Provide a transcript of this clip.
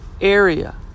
area